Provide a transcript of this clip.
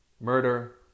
murder